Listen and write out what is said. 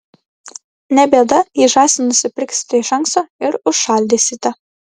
ne bėda jei žąsį nusipirksite iš anksto ir užšaldysite